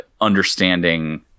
understanding